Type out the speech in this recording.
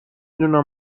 دونم